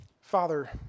Father